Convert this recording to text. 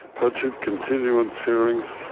budget continuance hearings.